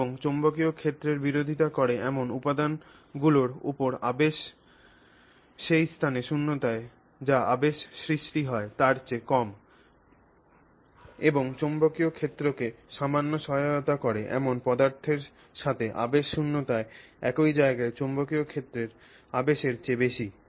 সুতরাং চৌম্বকীয় ক্ষেত্রের বিরোধিতা করে এমন উপাদানগুলির উপর আবেশ সেই স্থানে শূন্যতায় যা আবেশ সৃষ্টি হয় তার চেয়ে কম এবং চৌম্বকীয় ক্ষেত্রকে সামান্য সহায়তা করে এমন পদার্থের সাথে আবেশ শূন্যতায় একই জায়গায় চৌম্বকীয় ক্ষেত্রের আবেশের চেয়ে বেশি